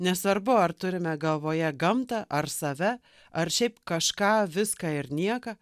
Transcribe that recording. nesvarbu ar turime galvoje gamtą ar save ar šiaip kažką viską ir nieką